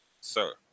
sir